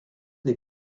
les